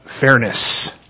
fairness